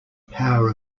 power